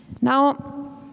Now